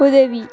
உதவி